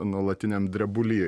nuolatiniam drebuly